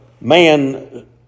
man